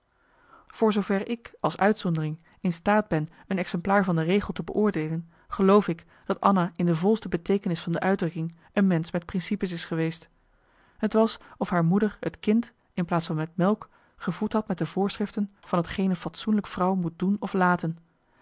voor zoover ik als uitzondering in staat ben een exemplaar van de regel te beoordeelen geloof ik dat anna in de volste beteekenis van de uitdrukking een mensch met principes is geweest t was of haar moeder het kind in plaats van met melk gevoed had met de voorschriften van t geen een fatsoenlijke vrouw moet doen of laten